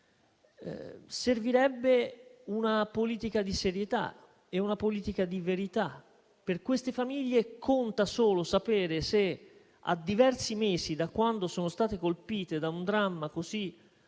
servirebbe una politica di serietà e di verità. Per quelle famiglie conta solo sapere se, a diversi mesi da quando sono state colpite da un dramma così forte,